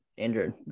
injured